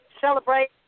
Celebrate